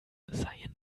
seien